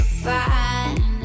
fine